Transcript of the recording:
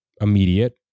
immediate